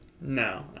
no